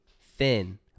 thin